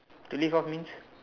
to live off means